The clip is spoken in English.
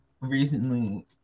recently